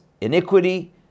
iniquity